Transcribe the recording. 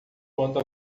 quando